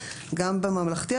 גם בממלכתי,